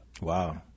Wow